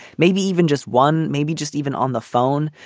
maybe even just one, maybe just even on the phone.